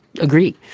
agree